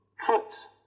Foot